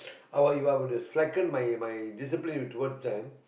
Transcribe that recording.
I were you I wouldn't slacken my my discipline towards them